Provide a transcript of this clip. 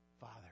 father